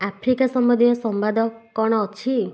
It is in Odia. ଆଫ୍ରିକା ସମ୍ବନ୍ଧୀୟ ସମ୍ବାଦ କ'ଣ ଅଛି